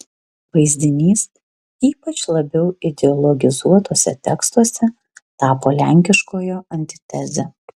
vaizdinys ypač labiau ideologizuotuose tekstuose tapo lenkiškojo antiteze